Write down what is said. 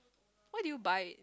why do you buy it